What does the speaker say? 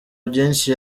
byinshi